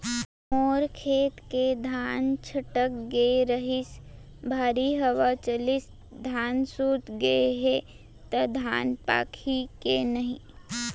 मोर खेत के धान छटक गे रहीस, भारी हवा चलिस, धान सूत गे हे, त धान पाकही के नहीं?